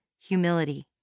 humility